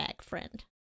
Friend